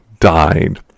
Died